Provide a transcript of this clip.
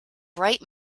bright